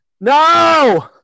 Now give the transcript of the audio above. no